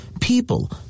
People